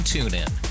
TuneIn